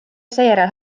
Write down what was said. seejärel